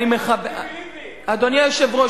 אדוני היושב-ראש,